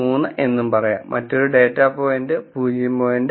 3 എന്നും പറയാം മറ്റൊരു ഡാറ്റാ പോയിന്റ് 0